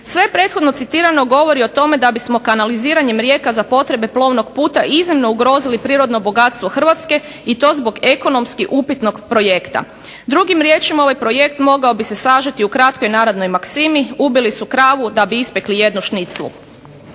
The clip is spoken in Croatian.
Sve prethodno citirano govori o tome da bismo kanaliziranjem rijeka za potrebe plovnog puta iznimno ugrozili prirodno bogatstvo Hrvatske i to zbog ekonomski upitnog projekta. Drugim riječima, ovaj projekt mogao bi se sažeti ukratko i …/Ne razumije se./… ubili su kravu da bi ispekli jednu šniclu.